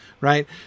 right